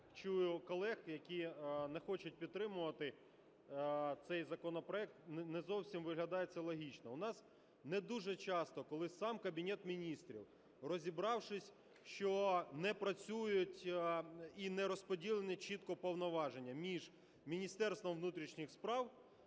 чую колег, які не хочуть підтримувати цей законопроект, не зовсім виглядає це логічно. У нас не дуже часто, коли сам Кабінет Міністрів, розібравшись, що не працюють і не розподілені чітко повноваження між Міністерством внутрішніх справ